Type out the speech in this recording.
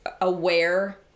aware